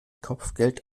kopfgeld